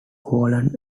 pollen